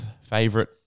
favorite